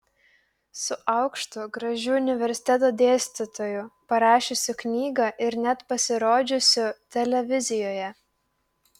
su aukštu gražiu universiteto dėstytoju parašiusiu knygą ir net pasirodžiusiu televizijoje